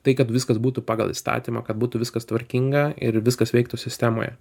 tai kad viskas būtų pagal įstatymą kad būtų viskas tvarkinga ir viskas veiktų sistemoje